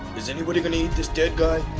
is anybody gonna eat this dead guy?